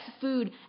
food